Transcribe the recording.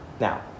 Now